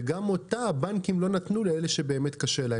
וגם אותה הבנקים לא נתנו לאלה שבאמת קשה להם.